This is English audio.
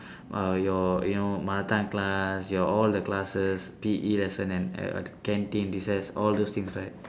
uh your you know mother tongue class your all the classes P_E lesson and uh canteen recess all those things right